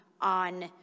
on